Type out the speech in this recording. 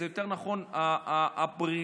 יותר נכון "הברירה",